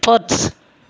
sports